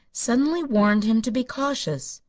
suddenly warned him to be cautious.